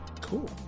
Cool